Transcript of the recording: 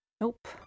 Nope